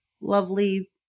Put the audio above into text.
lovely